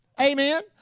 amen